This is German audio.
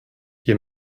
wir